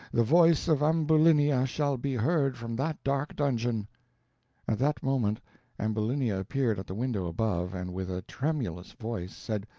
the voice of ambulinia shall be heard from that dark dungeon. at that moment ambulinia appeared at the window above, and with a tremulous voice said,